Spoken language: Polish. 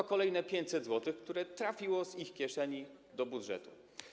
To kolejne 500 zł, które trafiło z ich kieszeni do budżetu.